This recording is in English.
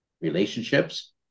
relationships